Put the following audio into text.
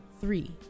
three